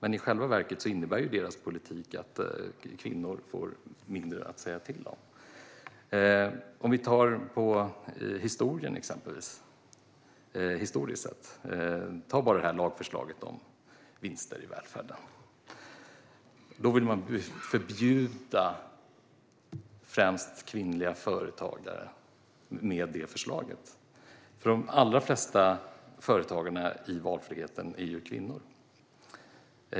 I själva verket innebär dock deras politik att kvinnor får mindre att säga till om. Vi kan titta på det historiskt sett - ta bara lagförslaget om vinster i välfärden. Man vill med det förslaget förbjuda främst kvinnliga företagare, för de allra flesta företagarna inom valfriheten är kvinnor.